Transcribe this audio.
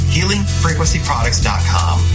HealingFrequencyProducts.com